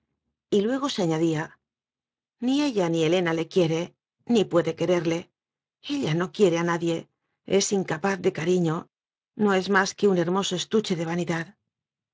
humillarme y luego se aña día ni ella ni helena le quiere ni puede quererle ella no quiere a nadie es incapaz de cariño no es más que un hermoso estu che de vanidad